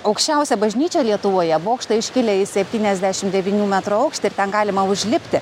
aukščiausia bažnyčia lietuvoje bokštai iškilę į septyniasdešim devynių metrų aukštį ir ten galima užlipti